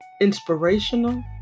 inspirational